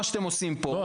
מה שאתם עושים פה,